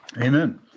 Amen